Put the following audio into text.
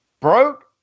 Broke